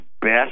best